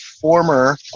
former –